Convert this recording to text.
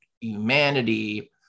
humanity